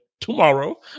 tomorrow